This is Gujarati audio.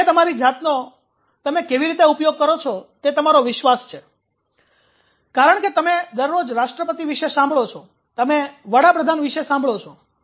તમે તમારી જાતનો તમે કેવી રીતે ઉપયોગ કરો છો તે તમારો વિશ્વાસ છે કારણ કે તમે દરરોજ રાષ્ટ્રપતિ વિશે સાંભળો છો તમે વડાપ્રધાન વિશે સાંભળો છો